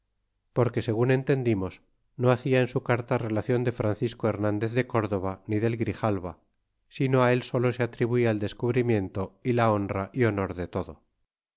porque segun entendimos no hacia en su carta relacion de francisco hernandez de córdova ni del grijalva sino el solo se atribuia el descubrimiento y la honra é honor de todo